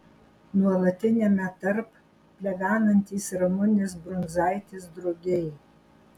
nuolatiniame tarp plevenantys ramunės brundzaitės drugiai